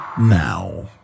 now